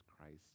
Christ